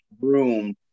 room